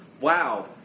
wow